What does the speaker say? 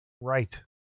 Right